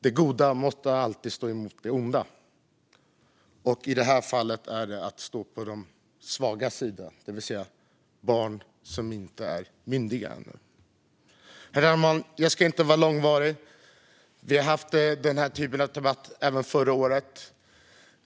Det goda måste alltid stå upp mot det onda, och i det här fallet handlar det om att stå på de svagas sida, det vill säga barn som inte är myndiga. Herr talman! Jag ska inte bli långvarig. Vi har haft den här typen av debatt även förra året.